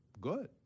good